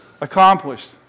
accomplished